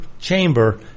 chamber